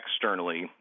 externally